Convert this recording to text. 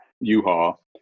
U-Haul